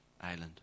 island